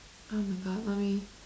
oh my god mommy